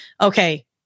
Okay